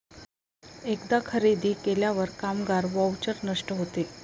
एकदा खरेदी केल्यावर कामगार व्हाउचर नष्ट होते